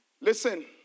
Listen